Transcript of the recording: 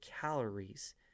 calories